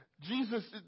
Jesus